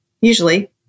usually